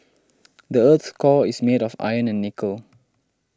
the earth's core is made of iron and nickel